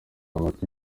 amatwi